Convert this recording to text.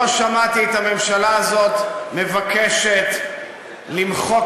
לא שמעתי את הממשלה הזאת מבקשת למחוק